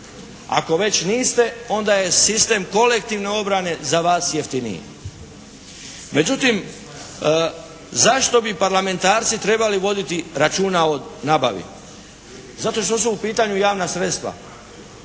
Ako već niste onda je sistem kolektivne obrane za vas jeftiniji. Međutim zašto bi parlamentarci trebali voditi računa o nabavi? Zato što su u pitanju javna sredstva.